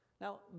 now